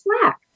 slack